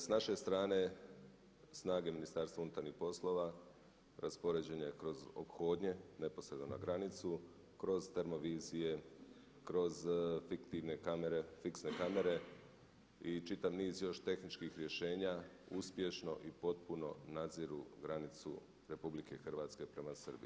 S naše strane snage Ministarstva unutarnjih poslova raspoređene kroz ophodnje neposredno na granicu, kroz termovizije, kroz fiktivne kamere, fiksne kamere i čitav niz još tehničkih rješenja uspješno i potpuno nadziru granicu RH prema Srbiji.